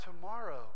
tomorrow